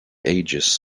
aegis